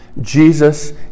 Jesus